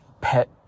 pet